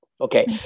Okay